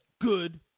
good